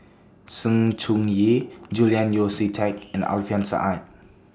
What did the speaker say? Sng Choon Yee Julian Yeo See Teck and Alfian Sa'at